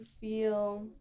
feel